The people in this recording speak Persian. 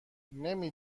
نمی